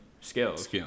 skills